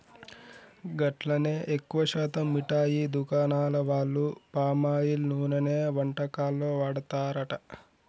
గట్లనే ఎక్కువ శాతం మిఠాయి దుకాణాల వాళ్లు పామాయిల్ నూనెనే వంటకాల్లో వాడతారట